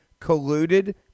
colluded